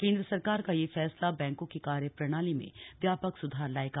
केंद्र सरकार का यह फैसला बैंकों की कार्य प्रणाली में व्यापक सुधर लाएगा